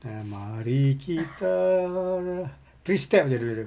dan mari kita three step jer dia itu